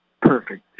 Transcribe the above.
perfect